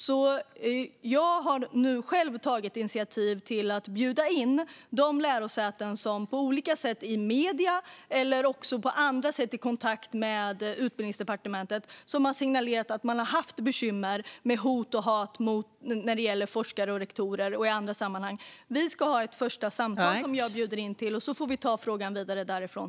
Därför har jag tagit initiativ till att bjuda in de lärosäten som på olika sätt i medierna eller på andra sätt i kontakt med Utbildningsdepartementet signalerat att de har bekymmer med hot och hat mot forskare och rektorer. Nu ska vi ha ett första samtal, och sedan får vi ta frågan vidare därifrån.